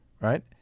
right